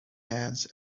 hands